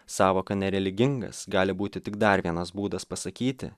sąvoka nereligingas gali būti tik dar vienas būdas pasakyti